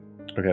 okay